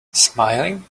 smiling